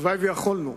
הלוואי שיכולנו.